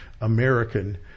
American